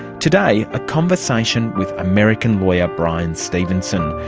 today, a conversation with american lawyer bryan stevenson,